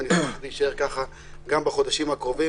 ואני מקווה שנישאר ככה גם בחודשים הקרובים,